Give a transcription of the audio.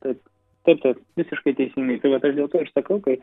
taip taip taip visiškai teisingai tai vat aš dėl to ir sakau kad